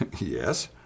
Yes